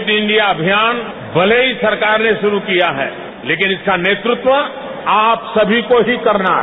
fit India अभियान भले की सरकार ने शुरू किया है लेकिन इसका नेतृत्व आप सभी को ही करना है